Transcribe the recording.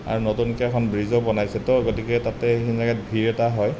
আৰু নতুনকৈ এখন ব্ৰীজো বনাইছে তো গতিকে তাতে সেইখিনি জেগাত ভিৰ এটা হয়